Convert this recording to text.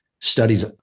studies